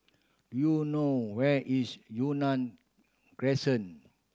do you know where is Yunnan Crescent